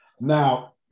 Now